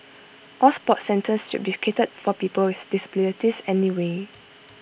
all sports centres should be catered for people with disabilities anyway